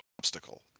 obstacle